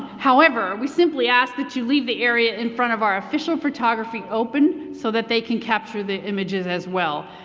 however we simply ask that you leave the area in front of our official photography open, so that they can capture the images as well.